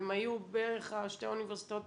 הם היו בערך שתי האוניברסיטאות